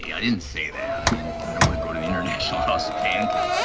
yeah didn't say that. i mean, i don't want to go to the international house of pancakes.